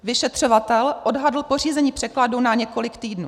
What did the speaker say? Vyšetřovatel odhadl pořízení překladu na několik týdnů.